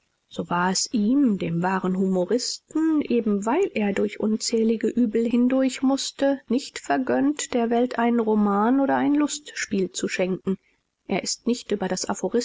so war es ihm dem wahren humoristen eben weil er durch unzählige übel hindurch mußte nicht vergönnt der welt einen roman oder ein lustspiel zu schenken er ist nicht über das